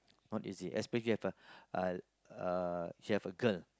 not easy especially you have a a a you have a girl